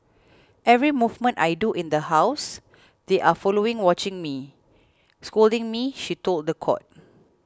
every movement I do in the house they are following watching me scolding me she told the court